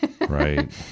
right